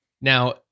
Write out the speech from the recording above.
Now